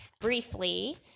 briefly